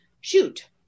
shoot